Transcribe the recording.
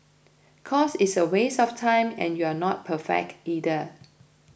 cause it's a waste of time and you're not perfect either